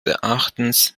erachtens